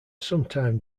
sometime